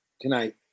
tonight